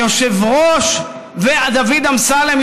היושב-ראש דוד אמסלם,